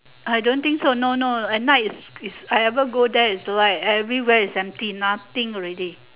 I don't think so no no at night is is I ever go there is light every where is empty nothing already